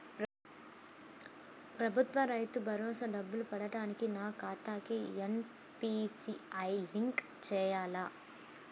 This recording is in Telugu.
ప్రభుత్వ రైతు భరోసా డబ్బులు పడటానికి నా ఖాతాకి ఎన్.పీ.సి.ఐ లింక్ చేయాలా?